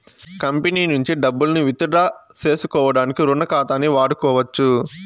company నుంచి డబ్బుల్ని ఇతిడ్రా సేసుకోడానికి రుణ ఖాతాని వాడుకోవచ్చు